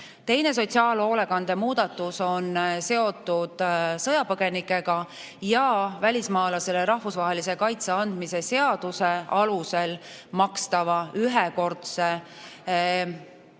Teine sotsiaalhoolekande muudatus on seotud sõjapõgenikega ja välismaalasele rahvusvahelise kaitse andmise seaduse alusel makstava ühekordse eluaseme